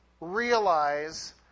realize